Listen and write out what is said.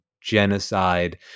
genocide